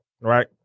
right